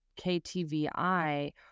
ktvi